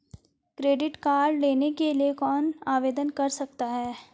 Credit card लेने के लिए कौन आवेदन कर सकता है?